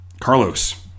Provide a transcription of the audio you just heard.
Carlos